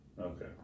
Okay